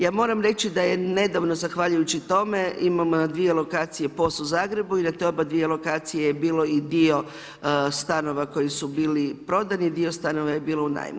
Ja moram reći, da je nedavno, zahvaljujući tome, imamo na dvije lokacije POS u Zagrebu i na te oba dvije lokacije je bilo i dio stanova koji su bili prodani, dio stanova je bilo u najmu.